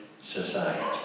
society